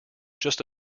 just